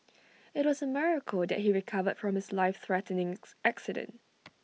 IT was A miracle that he recovered from his life threatening accident